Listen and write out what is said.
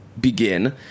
begin